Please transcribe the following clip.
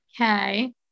Okay